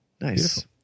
Nice